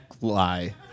lie